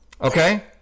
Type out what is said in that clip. okay